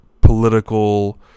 political